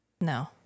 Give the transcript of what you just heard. No